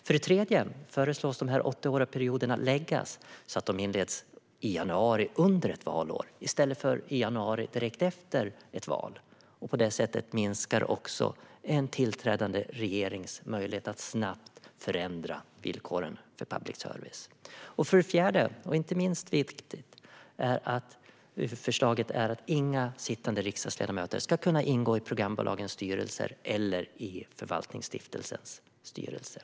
För det tredje föreslås dessa åttaåriga perioder förläggas så att de inleds i januari under ett valår, i stället för i januari efter ett val. På det sättet minskar en tillträdande regerings möjlighet att snabbt förändra villkoren för public service. För det fjärde, och inte minst viktigt, föreslås att inga sittande riksdagsledamöter ska kunna ingå i programbolagens eller förvaltningsstiftelsens styrelser.